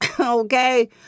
Okay